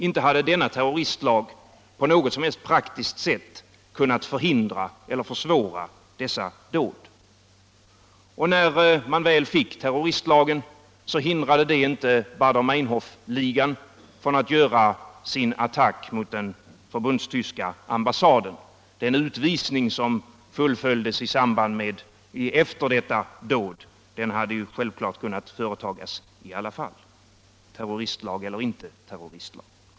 Inte hade denna på något som helst praktiskt sätt kunnat förhindra eller försvåra dessa dåd. Och när man väl fick terroristlagen hindrade den inte Baader-Meinhof-ligan att göra sin attack mot den förbundstyska ambassaden. Den utvisning som fullföljdes efter detta dåd hade självfallet kunnat företagas i alla fall — terroristlag eller inte terroristlag.